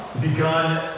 begun